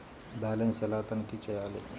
Balance ఎలా తనిఖీ చేయాలి?